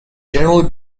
generally